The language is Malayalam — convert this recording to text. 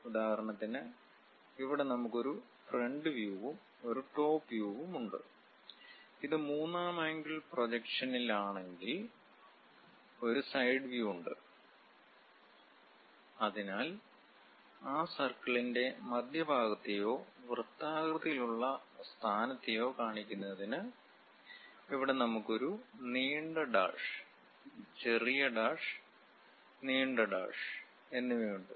ഉദാഹരണത്തിന് ഇവിടെ നമുക്ക് ഒരു ഫ്രണ്ട് വ്യൂവും ഒരു ടോപ്പ് വ്യവും ഉണ്ട് ഇത് മൂന്നാം ആംഗിൾ പ്രൊജക്ഷനിലാണെങ്കിൽ ഒരു സൈഡ് വ്യൂ ഉണ്ട് അതിനാൽ ആ സർക്കിളിന്റെ മധ്യഭാഗത്തെയോ വൃത്താകൃതിയിലുള്ള സ്ഥാനത്തെയോ കാണിക്കുന്നതിന് ഇവിടെ നമുക്ക് ഒരു നീണ്ട ഡാഷ് ചെറിയ ഡാഷ് നീണ്ട ഡാഷ് എന്നിവയുണ്ട്